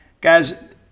Guys